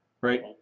Right